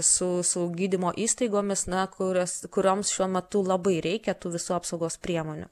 su su gydymo įstaigomis na kurias kurioms šiuo metu labai reikia tų visų apsaugos priemonių